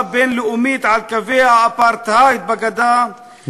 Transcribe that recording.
בין-לאומית על קווי האפרטהייד בגדה,